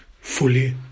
fully